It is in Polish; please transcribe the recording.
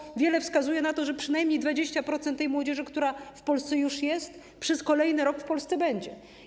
Wiele bowiem wskazuje na to, że przynajmniej 20% tej młodzieży, która już w Polsce jest, przez kolejny rok w Polsce będzie.